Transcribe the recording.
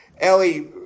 Ellie